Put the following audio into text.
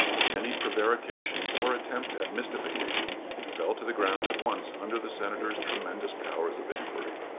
any prevarication or attempt at mystification fell to the ground at once under the senator's tremendous powers of inquiry.